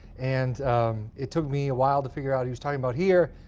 and it took me a while to figure out he was talking about here.